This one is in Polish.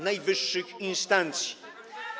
najwyższych instancji.